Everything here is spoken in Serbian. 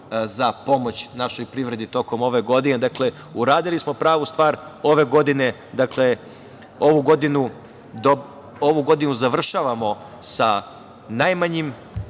za pomoć našoj privredi tokom ove godine. Dakle, uradili smo pravu stvar ove godine. Ovu godinu završavamo sa najmanjim